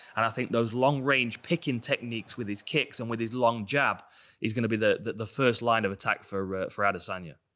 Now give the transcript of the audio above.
and i think those long-range picking techniques with his kicks and with his long jab is gonna be the first line of attack for for adesanya.